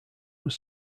were